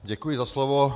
Děkuji za slovo.